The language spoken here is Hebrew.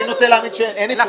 אני נוטה להאמין שאין נתונים.